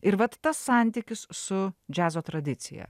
ir vat tas santykis su džiazo tradicija